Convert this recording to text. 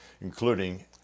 including